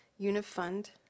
Unifund